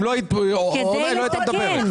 אם לא היית קוראת היא לא הייתה מדברת.